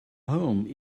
home